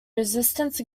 resistance